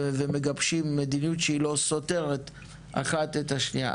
ומגבשים מדיניות שהיא לא סותרת אחת את השנייה.